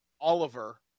oliver